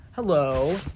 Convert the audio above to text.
Hello